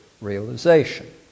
realization